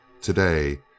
today